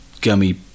gummy